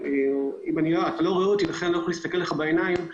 אני לא יכול להסתכל לך בעיניים,